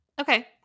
okay